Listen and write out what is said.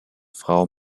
frau